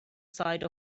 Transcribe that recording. side